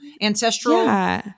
ancestral